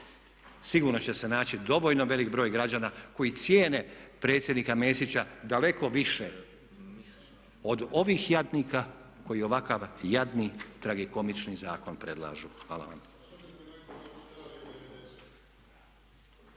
sigurno će se naći dovoljno veliki broj građana koji cijene predsjednika Mesića daleko više od ovih jadnika koji ovakav jadni, tragikomični zakon predlažu. Hvala vam.